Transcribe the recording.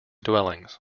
dwellings